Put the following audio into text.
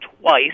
twice